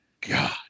God